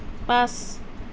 পাঁচ